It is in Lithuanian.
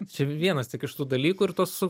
čia vienas tik iš tų dalykų ir tos